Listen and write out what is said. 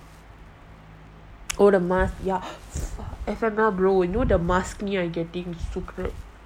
masks helps now also because mask helps